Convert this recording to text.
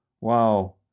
Wow